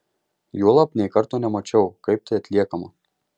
juolab nė karto nemačiau kaip tai atliekama